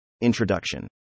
Introduction